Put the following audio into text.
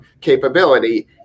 capability